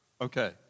Okay